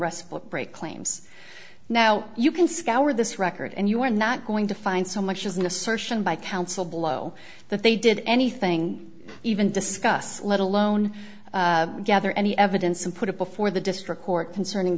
rest break claims now you can scour this record and you're not going to find so much as an assertion by counsel below that they did anything even discussed let alone gather any evidence and put it before the district court concerning